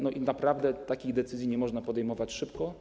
Naprawdę, takich decyzji nie można podejmować szybko.